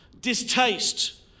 distaste